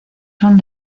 son